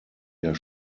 der